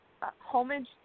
homage